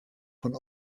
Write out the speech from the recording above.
von